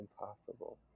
impossible